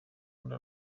nda